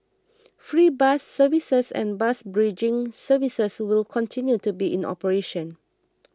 free bus services and bus bridging services will continue to be in operation